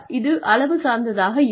இது அளவு சார்ந்ததாக இருக்கும்